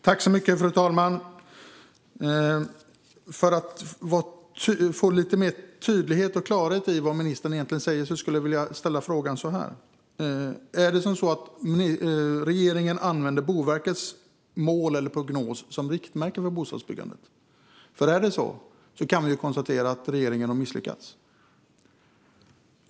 Fru talman! För att få lite mer tydlighet och klarhet i vad ministern säger ska jag ställa frågan så här: Använder regeringen Boverkets mål eller prognos som riktmärke för bostadsbyggandet? Gör man det har regeringen misslyckats.